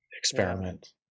experiment